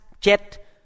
jet